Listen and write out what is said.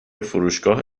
فروشگاه